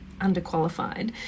underqualified